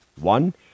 one